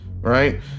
right